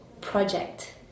project